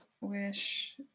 wish